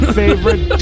favorite